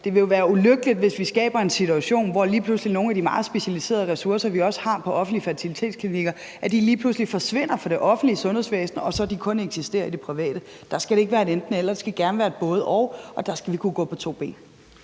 det vil jo være ulykkeligt, hvis vi skaber en situation, hvor nogle af de meget specialiserede ressourcer, vi også har på offentlige fertilitetsklinikker, lige pludselig forsvinder fra det offentlige sundhedsvæsen og kun eksisterer i det private. Der skal det ikke være et enten-eller; det skal gerne være et både-og, og der skal vi kunne gå på to ben.